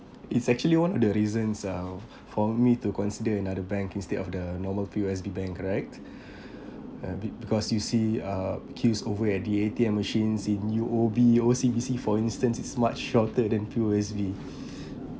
it's actually one of the reasons uh for me to consider another bank instead of the normal P_O_S_B bank correct uh be~ because you see uh queues over at the A_T_M machines in U_O_B O_C_B_C for instance is much shorter than P_O_S_B